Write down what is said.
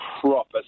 proper